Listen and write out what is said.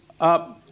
up